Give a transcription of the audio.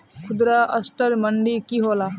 खुदरा असटर मंडी की होला?